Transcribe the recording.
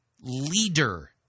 leader